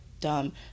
dumb